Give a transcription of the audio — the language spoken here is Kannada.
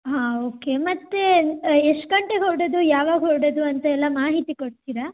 ಹಾಂ ಓಕೆ ಮತ್ತು ಎಷ್ಟು ಗಂಟೆಗೆ ಹೊರಡೋದು ಯಾವಾಗ ಹೊರಡೋದು ಅಂತ ಎಲ್ಲ ಮಾಹಿತಿ ಕೊಡ್ತೀರಾ